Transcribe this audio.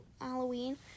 Halloween